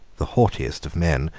the haughtiest of men,